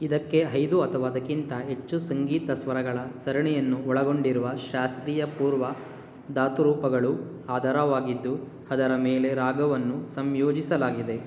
ಇದಕ್ಕೆ ಐದು ಅಥವಾ ಅದಕ್ಕಿಂತ ಹೆಚ್ಚು ಸಂಗೀತ ಸ್ವರಗಳ ಸರಣಿಯನ್ನು ಒಳಗೊಂಡಿರುವ ಶಾಸ್ತ್ರೀಯ ಪೂರ್ವ ಧಾತು ರೂಪಗಳು ಆಧಾರವಾಗಿದ್ದು ಅದರ ಮೇಲೆ ರಾಗವನ್ನು ಸಂಯೋಜಿಸಲಾಗಿದೆ